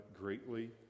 greatly